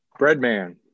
Breadman